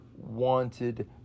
wanted